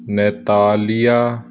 natalia